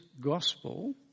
gospel